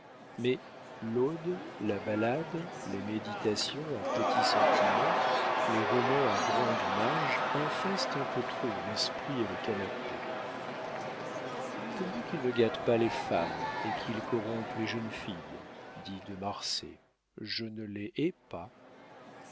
mais l'ode la ballade les méditations à petits sentiments les romans à grandes marges infestent un peu trop l'esprit et les canapés pourvu qu'ils ne gâtent pas les femmes et qu'ils corrompent les jeunes filles dit de marsay je ne les hais pas